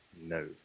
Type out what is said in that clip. No